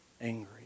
angry